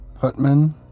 Putman